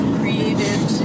created